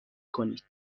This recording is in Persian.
کنید